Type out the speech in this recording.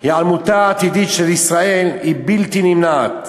היעלמותה העתידית של ישראל היא בלתי נמנעת,